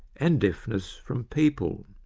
and deafness from people'.